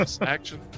action